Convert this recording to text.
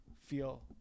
feel